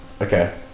okay